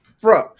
bro